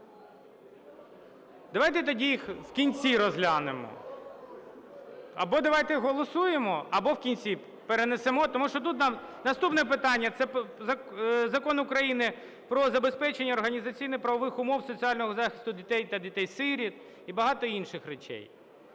Давайте тоді їх в кінці розглянемо. Або давайте голосуємо, або в кінці перенесемо. Тому що тут наступне питання – це Закон про забезпечення організаційно-правових умов соціального захисту дітей та дітей-сиріт і багато інших речей.